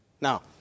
Now